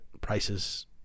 Prices